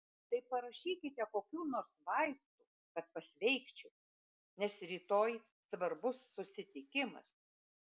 tai parašykite kokių nors vaistų kad pasveikčiau nes rytoj svarbus susitikimas